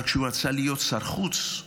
אבל כשהוא רצה להיות שר חוץ,